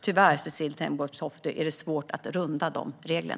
Tyvärr, Cecilie Tenfjord-Toftby, är det svårt att runda dessa regler.